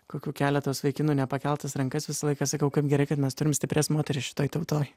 kokių keletas vaikinų nepakeltas rankas visą laiką sakau kaip gerai kad mes turim stiprias moteris šitoj tautoj